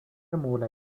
مولوی